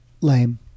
Lame